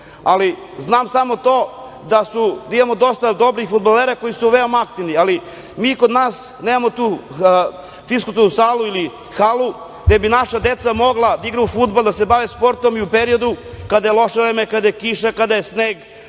ali znam samo to da imamo dosta dobrih fudbalera koji su veoma aktivni. Ali mi kod nas nemamo tu fiskulturnu salu ili halu, gde bi naša deca mogla da igraju fudbal, da se bave sportom i u periodu kada je loše vreme, kada je kiša, kada je sneg,